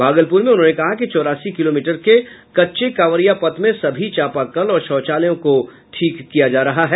भागलपुर में उन्होंने कहा कि चौरासी किलोमीटर के कच्चे कांवरिया पथ में सभी चापाकल और शौचालयों को ठीक किया जा रहा है